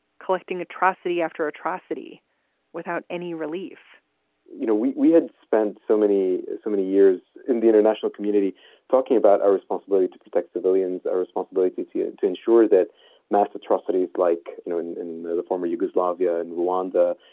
collecting atrocity after atrocity without any relief you know, we we had spent so many, so many years in the international community talking about our responsibility to protect civilians. our responsibility to it to ensure that mass atrocities like, you know, in the former yugoslavia and rwanda,